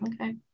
Okay